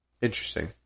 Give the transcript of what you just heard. Interesting